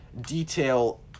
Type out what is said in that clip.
detail